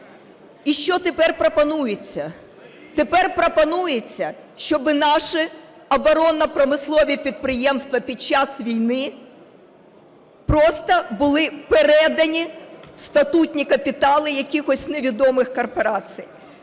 І що тепер пропонується? Тепер пропонується, щоби наші оборонно-промислові підприємства під час війни просто були передані в статутні капітали якихось невідомих корпорацій.